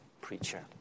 preacher